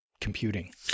computing